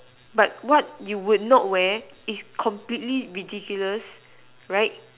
but what you would not wear is completely ridiculous right